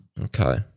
Okay